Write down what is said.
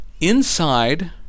inside